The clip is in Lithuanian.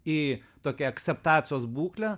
į tokią akseptacijos būklę